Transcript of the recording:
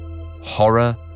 Horror